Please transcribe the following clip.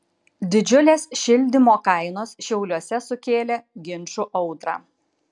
didžiulės šildymo kainos šiauliuose sukėlė ginčų audrą